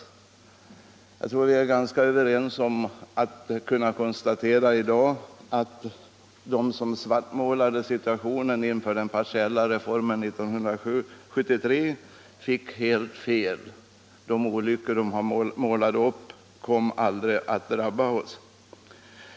Jag tror att vi är ganska överens om att kunna konstatera i dag att de som svartmålade situationen inför den partiella reformen 1973 fick helt fel. De olyckor de målade upp kom aldrig att drabba oss.